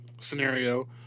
scenario